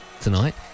tonight